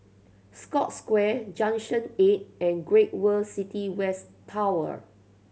Scotts Square Junction Eight and Great World City West Tower